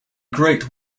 great